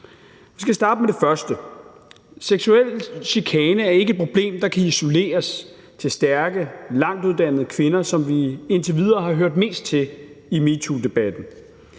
mig starte med det første. Seksuel chikane er ikke et problem, der kan isoleres til stærke kvinder med lang uddannelse, som vi indtil videre har hørt mest til i metoodebatten.